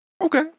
okay